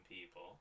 people